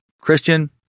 Christian